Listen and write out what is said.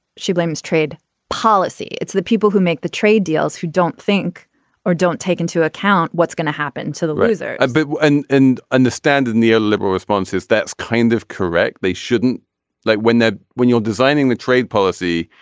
she blames trade policy. it's the people who make the trade deals who don't think or don't take into account what's going to happen to the razor a bit and understand the neo liberal responses that's kind of correct. they shouldn't like when they're when you're designing the trade policy.